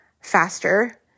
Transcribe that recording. faster